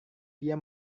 dia